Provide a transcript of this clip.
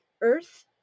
Earth